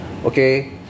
Okay